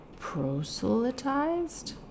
proselytized